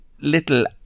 little